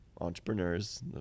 entrepreneurs